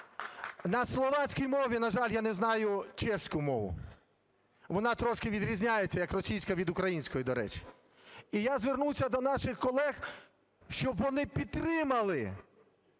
на словацькій мові, на жаль, я не знаю чеську мову, вона трошки відрізняється, як російська від української, до речі. І я звернувся до наших колег, щоб вони підтримали